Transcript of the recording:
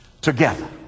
together